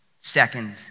Second